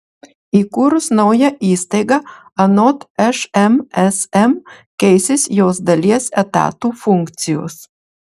įkūrus naują įstaigą anot šmsm keisis jos dalies etatų funkcijos